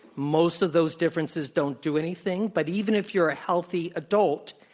most of those differences don't do anything. but even if you're a healthy adult,